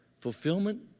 Fulfillment